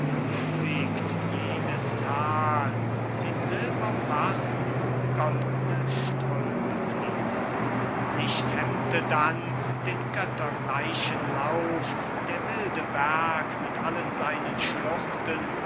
beruhigt jedes thal den silberbach in goldne ströme fließen nicht hemmte dann den göttergleichen lauf der wilde berg mit allen seinen schluchten